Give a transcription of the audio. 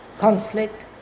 conflict